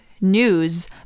news